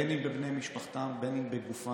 בין אם בבני משפחתם ובין אם בגופם,